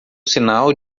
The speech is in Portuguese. sinal